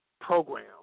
program